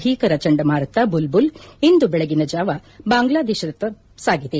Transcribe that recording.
ಭೀಕರ ಚಂಡಮಾರುತ ಬುಲ್ ಬುಲ್ ಇಂದು ಬೆಳಗಿನ ಜಾವ ಬಾಂಗ್ಲಾ ದೇತದತ್ತ ಬೀಸಿದೆ